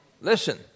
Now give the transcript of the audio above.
Listen